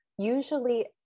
usually